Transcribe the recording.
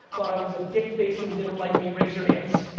thought i was a dick face and didn't like me? raise your hands.